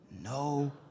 No